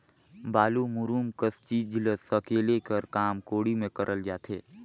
बालू, मूरूम कस चीज ल सकेले कर काम कोड़ी मे करल जाथे